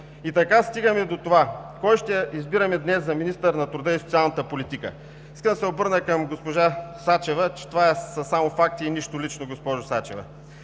Така стигаме до това: кой ще избираме днес за министър на труда и социалната политика? Искам да се обърна към госпожа Сачева, че това са само факти и нищо лично, госпожо Сачева.